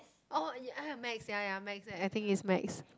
oh I heard Max ya ya Max I think it's Max